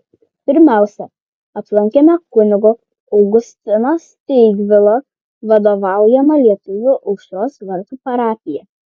pirmiausia aplankėme kunigo augustino steigvilo vadovaujamą lietuvių aušros vartų parapiją